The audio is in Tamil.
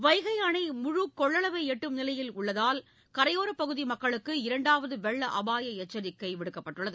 வைகை அணை முழு கொள்ளளவை எட்டும் நிலையில் உள்ளதால் கரையோரப் பகுதி மக்குளுக்கு இரண்டாவது வெள்ள அபாய எச்சிக்கை விடுக்கப்பட்டுள்ளது